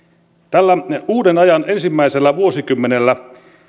kärkihanke tällä uuden ajan ensimmäisellä vuosikymmenellä